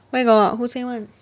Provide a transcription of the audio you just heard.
where got who say [one]